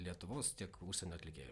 lietuvos tiek užsienio atlikėju